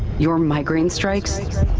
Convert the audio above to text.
your migraine strikes.